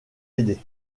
aider